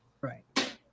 Right